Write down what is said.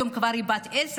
היום היא כבר בת עשר,